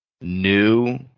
new